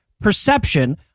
perception